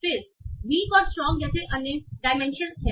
फिर वीक और स्ट्रांग जैसे अन्य डायमेंशन हैं